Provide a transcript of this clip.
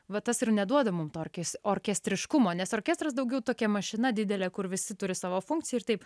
va tas ir neduoda mum to orkes orkestriškumo nes orkestras daugiau tokia mašina didelė kur visi turi savo funkciją ir taip